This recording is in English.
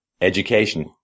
education